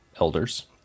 elders